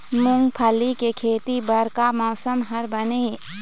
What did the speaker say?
मूंगफली के खेती बर का मौसम हर बने ये?